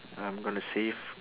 I'm gonna save